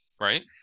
Right